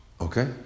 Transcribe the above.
Okay